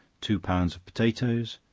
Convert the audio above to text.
two pounds of potatoes,